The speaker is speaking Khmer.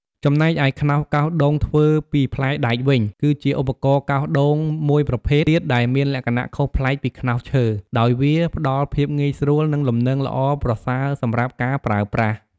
ចំណែកឯ ខ្នោសកោសដូងធ្វើពីផ្លែដែកវិញ គឺជាឧបករណ៍កោសដូងមួយប្រភេទទៀតដែលមានលក្ខណៈខុសប្លែកពីខ្នោសឈើ ដោយវាផ្តល់ភាពងាយស្រួល និងលំនឹងល្អប្រសើរសម្រាប់ការប្រើប្រាស់។